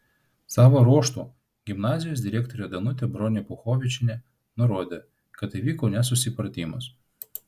savo ruožtu gimnazijos direktorė danutė bronė puchovičienė nurodė kad įvyko nesusipratimas